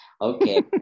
Okay